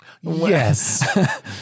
Yes